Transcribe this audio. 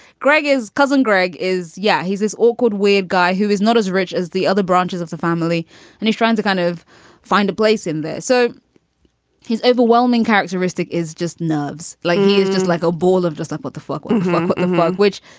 greg is. cousin greg is. yeah. he's this awkward, weird guy who is not as rich as the other branches of the family and he's trying to kind of find a place in there so his overwhelming characteristic is just nerves, like he's just like a ball of dust up. what the fuck but the mug, which,